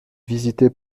visitée